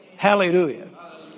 Hallelujah